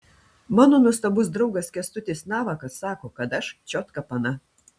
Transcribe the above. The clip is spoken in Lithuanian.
mano nuostabus draugas kęstutis navakas sako kad aš čiotka pana